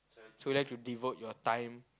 so you like to devote your time